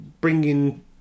bringing